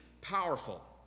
powerful